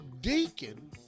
deacon